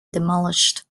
demolished